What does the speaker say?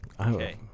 Okay